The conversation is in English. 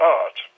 art